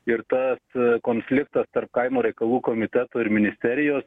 ir tas konfliktas tarp kaimo reikalų komitetų ir ministerijos